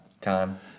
time